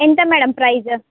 ఎంత madam price